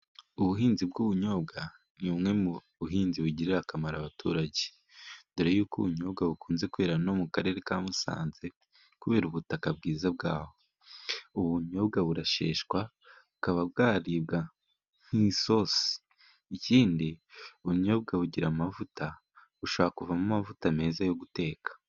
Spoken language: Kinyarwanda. Ubuhinzi bw'ubunyobwa ni bumwe mu buhinzi bugirira akamaro abaturage. Dore yuko ubunyobwa bukunze kwera no mu Karere ka Musanze kubera ubutaka bwiza bwaho. Ubunyobwa burasheshwa bukaba bwaribwa nk'isosi. Ikindi ubunyobwa bugira amavuta bushobora kuvamo amavuta meza yo guteka.